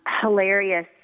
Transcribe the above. hilarious